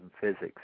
physics